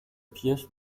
pièce